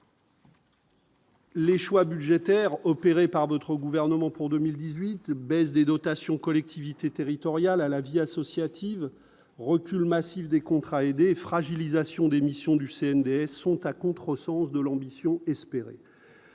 Les choix budgétaires opérées par votre gouvernement pour 2018 baisse des dotations collectivités territoriales à la vie associative recul massif des contrats aidés fragilisation démission du CNDF sont à contresens de l'ambition espérer,